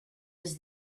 was